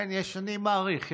אני מעריך.